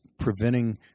Preventing